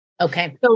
Okay